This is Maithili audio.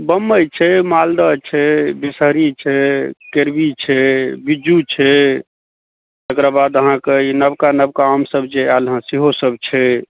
बम्बइ छै माल्दह छै दशहरी छै केरवी छै बिज्जू छै तकरा बाद अहाँके ई नवका नवका आमसभ जे आयल हेँ सेहोसभ छै